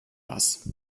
was